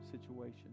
situation